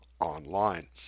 online